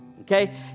Okay